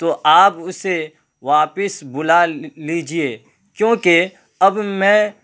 تو آپ اسے واپس بلا لیجیے کیونکہ اب میں